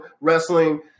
wrestling